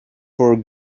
for